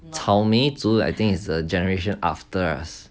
草莓族 I think it's the generation after us